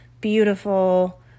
beautiful